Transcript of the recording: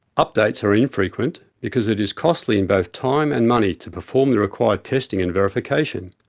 updates are infrequent, because it is costly in both time and money to perform the required testing and verification.